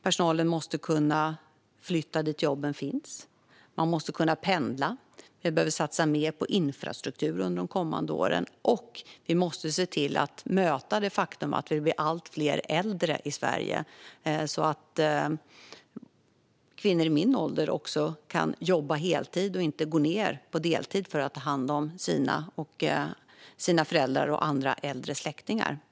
Personalen måste kunna flytta dit där jobben finns. Man måste kunna pendla. Vi behöver satsa mer på infrastruktur under de kommande åren. Och vi måste se till att möta det faktum att det blir allt fler äldre i Sverige. Kvinnor i min ålder måste kunna jobba heltid och inte behöva gå ned på deltid för att ta hand om sina föräldrar och andra äldre släktningar.